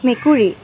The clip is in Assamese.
মেকুৰী